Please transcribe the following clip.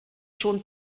schon